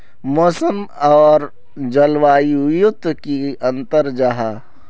मौसम आर जलवायु युत की अंतर जाहा?